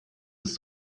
ist